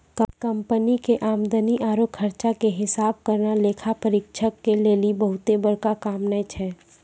company के आमदनी आरु खर्चा के हिसाब करना लेखा परीक्षक लेली बहुते बड़का काम नै छै